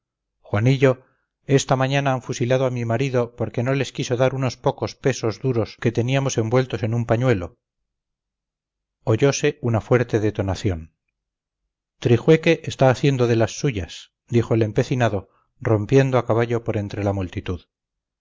juanillo esta mañana han fusilado a mi marido porque no les quiso dar unos pocos pesos duros que teníamos envueltos en un pañuelo oyose una fuerte detonación trijueque está haciendo de las suyas dijo el empecinado rompiendo a caballo por entre la multitud